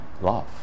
love